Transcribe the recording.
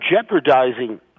jeopardizing